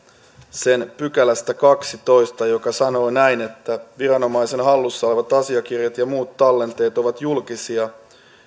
sen kahdennestatoista pykälästä joka sanoo viranomaisen hallussa olevat asiakirjat ja muut tallenteet ovat julkisia